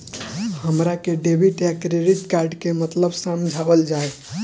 हमरा के डेबिट या क्रेडिट कार्ड के मतलब समझावल जाय?